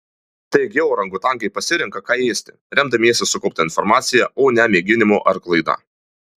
taigi orangutanai pasirenka ką ėsti remdamiesi sukaupta informacija o ne mėginimu ir klaida